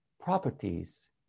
properties